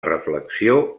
reflexió